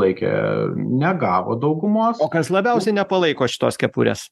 laikė negavo daugumos o kas labiausiai nepalaiko šitos kepurės